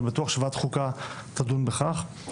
ואני בטוח שוועדת החוקה תדון בכך.